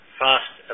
fast